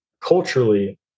culturally